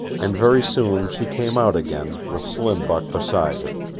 and very soon she came out again with slim buck beside her.